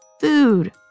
food